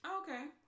Okay